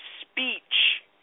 Speech